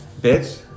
bitch